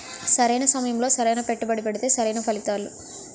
సరైన సమయంలో సరైన పెట్టుబడి పెడితే సరైన ఫలితాలు